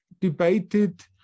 debated